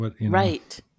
Right